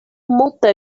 multe